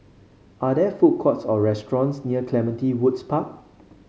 are there food courts or restaurants near Clementi Woods Park